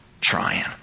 trying